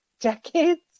decades